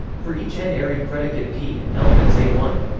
for each n-ary predicate p and elements a one.